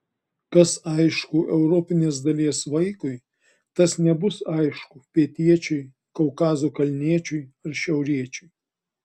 kas aišku europinės dalies vaikui tas nebus aišku pietiečiui kaukazo kalniečiui ar šiauriečiui